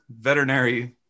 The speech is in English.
veterinary